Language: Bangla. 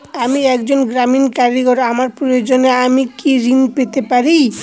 আমি একজন গ্রামীণ কারিগর আমার প্রয়োজনৃ আমি কি ঋণ পেতে পারি?